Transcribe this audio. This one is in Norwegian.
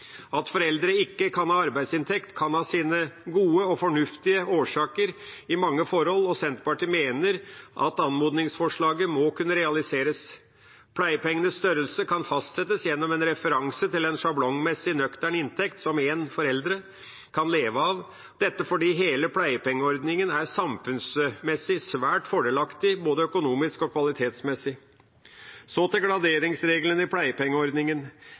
At foreldre ikke kan ha arbeidsinntekt, kan ha sine gode og fornuftige årsaker i mange forhold, og Senterpartiet mener at anmodningsforslaget må kunne realiseres. Pleiepengenes størrelse kan fastsettes gjennom en referanse til en sjablongmessig nøktern inntekt som en forelder kan leve av – dette fordi hele pleiepengeordningen samfunnsmessig er svært fordelaktig både økonomisk og kvalitetsmessig. Så til graderingsreglene i pleiepengeordningen: